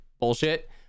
bullshit